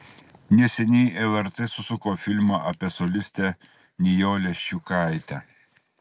neseniai lrt susuko filmą apie solistę nijolę ščiukaitę